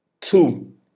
Two